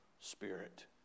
spirit